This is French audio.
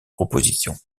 propositions